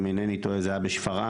אם אינני טועה זה היה בשפרעם,